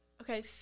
Okay